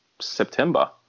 september